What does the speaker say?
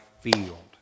field